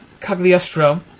Cagliostro